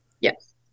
yes